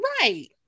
right